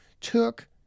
took